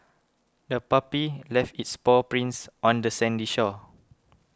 the puppy left its paw prints on the sandy shore